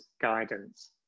guidance